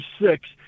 six